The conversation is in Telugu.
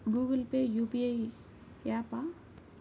గూగుల్ పే యూ.పీ.ఐ య్యాపా?